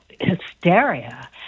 hysteria